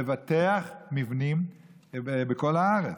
לבטח מבנים בכל הארץ,